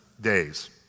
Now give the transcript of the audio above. days